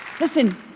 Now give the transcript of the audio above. Listen